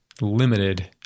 limited